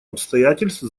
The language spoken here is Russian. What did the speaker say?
обстоятельств